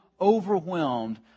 overwhelmed